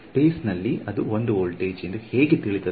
ಸ್ಪೇಸ್ನಲ್ಲಿ ಅದು 1 ವೋಲ್ಟ್ ಎಂದು ಹೇಗೆ ತಿಳಿದದ್ದು